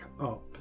up